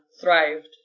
thrived